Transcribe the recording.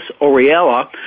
Oriella